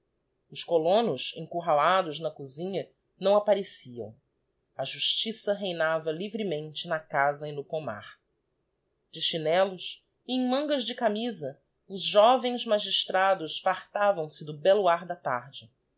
os colonos encurralados na cozinha não appareciam a justiça reinava livremente na casa e no pomar de chinellos e em mangas de camisa os jovens magistrados fartavam se do bello ar da tarde